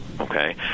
Okay